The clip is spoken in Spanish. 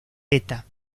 beta